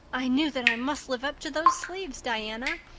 i knew that i must live up to those sleeves, diana.